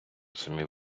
самі